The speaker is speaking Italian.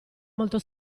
molto